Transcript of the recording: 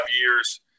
years